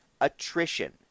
attrition